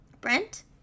Brent